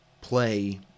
play